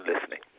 listening